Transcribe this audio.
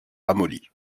ramolli